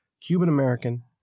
Cuban-American